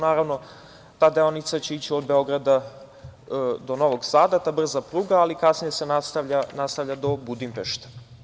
Naravno ta deonica će ići od Beograda do Novog Sada, brza pruga, ali kasnije se nastavlja do Budimpešte.